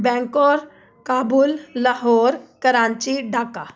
Bangkok Kabul Lahore Karachi Dhaka